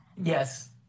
Yes